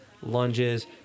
lunges